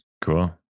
Cool